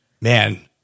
man